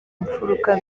mfuruka